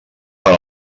per